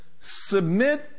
Submit